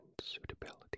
Suitability